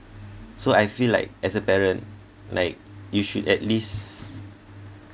so I feel like as a parent like you should at least